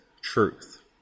truth